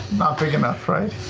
not big enough, right?